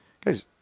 guys